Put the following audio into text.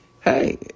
Hey